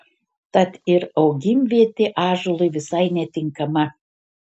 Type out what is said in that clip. tad ir augimvietė ąžuolui visai netinkama